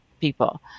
people